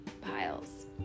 piles